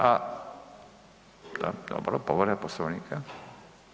A, da, dobro, povreda Poslovnika.